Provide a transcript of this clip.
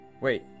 wait